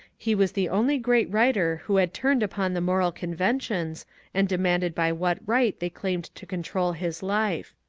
he was the only great writer who had turned upon the moral conventions and demanded by what right they claimed to control his life.